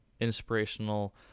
inspirational